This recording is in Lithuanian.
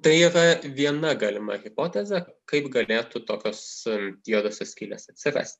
tai yra viena galima hipotezė kaip galėtų tokios juodosios skylės atsirasti